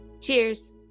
Cheers